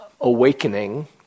awakening